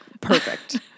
Perfect